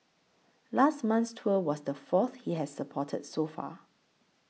last month's tour was the fourth he has supported so far